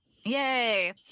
Yay